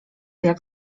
jak